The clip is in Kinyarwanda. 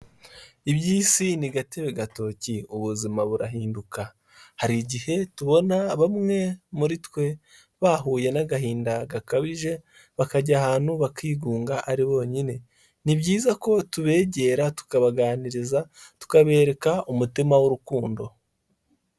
Iby'isi ni gatebe gatoke ubuzima burahinduka hari igihe tubona bamwe muri twe bahuye n'agahinda gakabije bakajya ahantu bakigunga ari bonyine. Ni byiza ko tubegera tukabaganiriza tukabereka umutima w'urukundo.